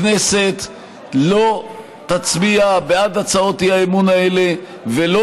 הכנסת לא תצביע בעד הצעות האי-אמון האלה ולא